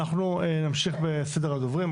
אנחנו נמשיך בסדר הדוברים.